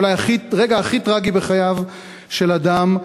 אולי הרגע הכי טרגי בחייו של אדם,